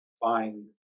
find